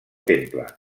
temple